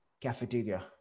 cafeteria